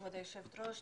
כבוד היושבת ראש,